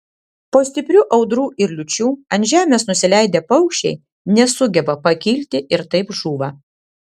po stiprių audrų ir liūčių ant žemės nusileidę paukščiai nesugeba pakilti ir taip žūva